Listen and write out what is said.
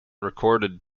recorded